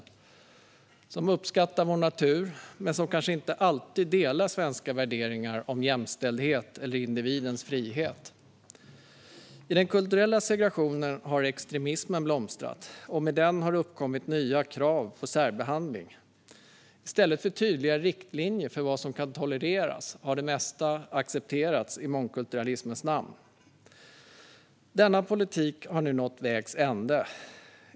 Det är människor som uppskattar vår natur men som kanske inte alltid delar svenska värderingar om jämställdhet eller individens frihet. I den kulturella segregationen har extremismen blomstrat, och med den har det uppkommit nya krav på särbehandling. I stället för tydliga riktlinjer för vad som bör tolereras har det mesta accepterats i mångkulturalismens namn. Denna politik har nu nått vägs ände.